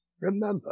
remember